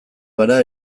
gara